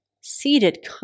seated